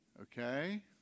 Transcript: Okay